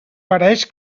pareix